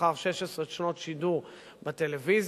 לאחר 16 שנות שידור בטלוויזיה.